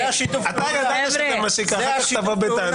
אתה ידעת שזה מה שיקרה, אחר כך תבוא בטענות.